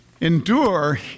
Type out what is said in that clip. Endure